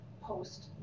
post